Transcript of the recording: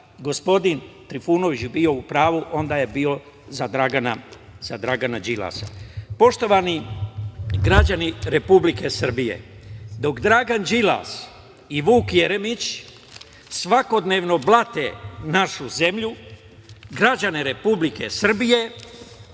gospodin Trifunović bio u pravu, onda je bio za Dragana Đilasa. Poštovani građani Republike Srbije, dok Dragan Đilas i Vuk Jeremić svakodnevno blate našu zemlju, građane Republike Srbije